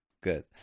Good